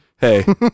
Hey